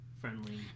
friendly